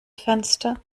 fenster